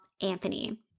Anthony